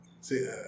See